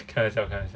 开玩笑开玩笑